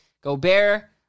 Gobert